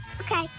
Okay